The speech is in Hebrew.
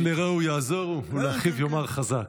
"איש את רעהו יעזֹרו ולאחיו יאמר חזק".